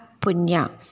Punya